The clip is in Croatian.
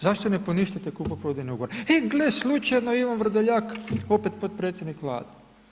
Zašto ne poništite kupoprodajne ugovore, e gle slučajno Ivan Vrdoljak opet potpredsjednik Vlade.